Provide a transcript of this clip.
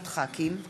חוברת כ"ה